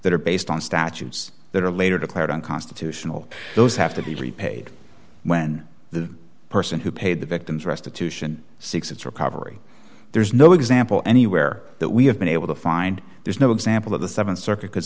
that are based on statutes that are later declared unconstitutional those have to be repaid when the person who paid the victims restitution six it's recovery there's no example anywhere that we have been able to find there's no example of the th circuit